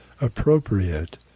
appropriate